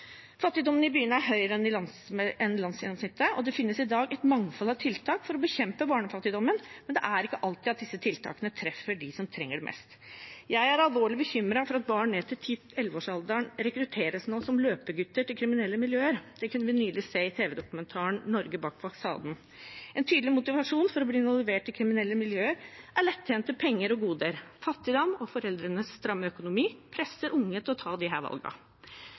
Fattigdommen i byene er høyere enn landsgjennomsnittet. Det finnes i dag et mangfold av tiltak for å bekjempe barnefattigdommen, men det er ikke alltid disse tiltakene treffer dem som trenger det mest. Jeg er alvorlig bekymret for at barn ned i 10–11-årsalderen nå rekrutteres som løpegutter til kriminelle miljøer. Det kunne vi nylig se i tv-dokumentaren Norge bak fasaden. En tydelig motivasjon for å bli involvert i kriminelle miljøer er lettjente penger og goder. Fattigdom og foreldrenes stramme økonomi presser unge til å ta